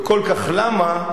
וכל כך למה?